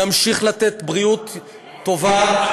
נמשיך לתת בריאות טובה,